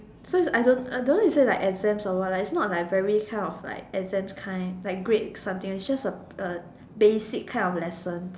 so is I don't I don't know is it like exams or what lah is not like very kind of like exams kind like grades something is just a A basic kind of lesson